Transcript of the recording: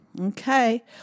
Okay